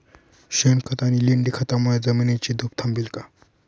शेणखत आणि लेंडी खतांमुळे जमिनीची धूप थांबेल का?